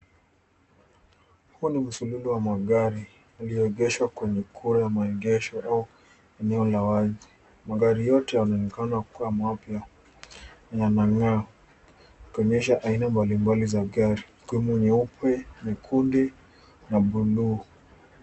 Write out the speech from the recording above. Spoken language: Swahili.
Huu ni msururu wa magari yaliogeshwa eneo kuu la maegesho au eneo la wazi. Magari yote yanaonekana kuwa mapya na yanangaa. Ikionyesha aina mbali mbali za gari, ikiwemo nyeupe ,nyekundu na buluu.